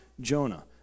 Jonah